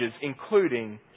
including